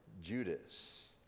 Judas